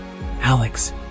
Alex